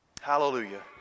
Hallelujah